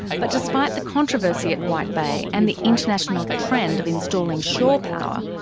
but despite the controversy at white bay and the international trend of installing shore power,